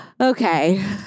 Okay